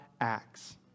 acts